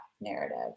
narrative